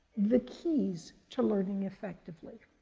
the keys to learning effectively.